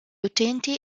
utenti